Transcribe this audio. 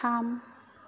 थाम